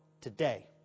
today